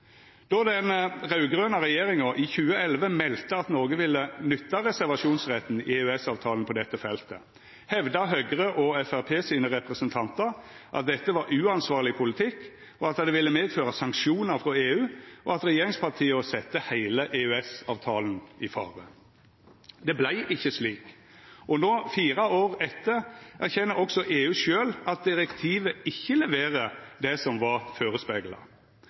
Då den raud-grøne regjeringa i 2011 melde at Noreg ville nytta reservasjonsretten i EØS-avtalen på dette feltet, hevda Høgre og Framstegspartiet sine representantar at dette var uansvarleg politikk, at det ville medføra sanksjonar frå EU, og at regjeringspartia sette heile EØS-avtalen i fare. Det vart ikkje slik, og no – fire år etter – erkjenner også EU sjølv at direktivet ikkje leverer det som var førespegla.